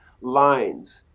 lines